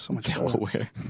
Delaware